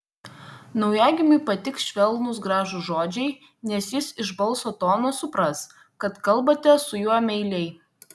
naujagimiui patiks švelnūs gražūs žodžiai nes jis iš balso tono supras kad kalbate su juo meiliai